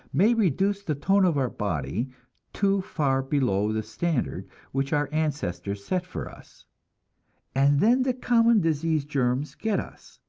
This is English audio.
may reduce the tone of our body too far below the standard which our ancestors set for us and then the common disease germs get us,